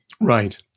Right